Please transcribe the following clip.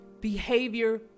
behavior